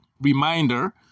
reminder